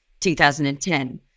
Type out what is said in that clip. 2010